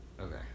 Okay